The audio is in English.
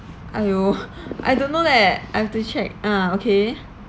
!aiyo! I don't know leh I have to check ah okay